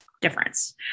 Difference